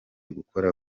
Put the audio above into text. gukora